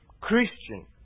Christian